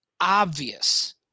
obvious